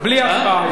בלי הצבעה.